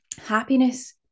happiness